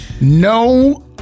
No